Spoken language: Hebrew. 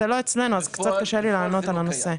זה לא אצלנו אז קצת קשה לי לענות על הנושא.